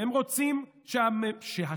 הם רוצים שהשלטון,